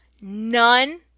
None